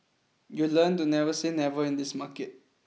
you learn to never say never in this market